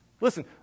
Listen